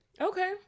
okay